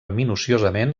minuciosament